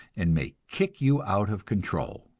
and may kick you out of control,